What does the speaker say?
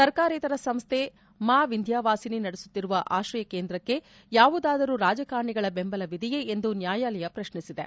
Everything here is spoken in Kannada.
ಸರ್ಕಾರೇತರ ಸಂಸ್ಥೆ ಮಾ ವಿಂಧ್ಯಾವಾಸಿನಿ ನಡೆಸುತ್ತಿರುವ ಆಶ್ರಯ ಕೇಂದ್ರಕ್ಕೆ ಯಾವುದಾದರೂ ರಾಜಕಾರಣಿಗಳ ಬೆಂಬಲವಿದೆಯೇ ಎಂದು ನ್ಯಾಯಾಲಯ ಪ್ರಶ್ನಿಸಿದೆ